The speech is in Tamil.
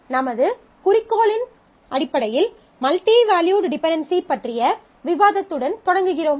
நமது குறிக்கோளின் அடிப்படையில் மல்டிவேல்யூட் டிபென்டென்சி பற்றிய விவாதத்துடன் தொடங்குகிறோம்